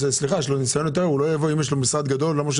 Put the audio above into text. זה אדם שיש לו יותר ניסיון והוא לא יבוא אם יש לו משרד גדול.